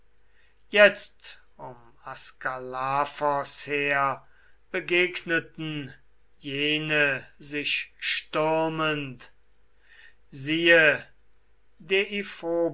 jetzt um askalaphos her begegneten jene sich stürmend siehe